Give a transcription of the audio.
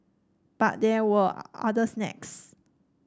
but there were other snags